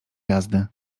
jazdy